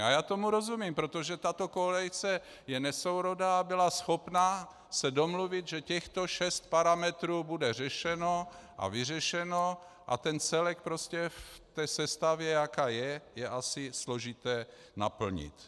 A já tomu rozumím, protože tato koalice je nesourodá, byla schopna se domluvit, že těchto šest parametrů bude řešeno a vyřešeno a ten celek prostě v té sestavě, jaká je, je asi složité naplnit.